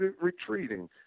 retreating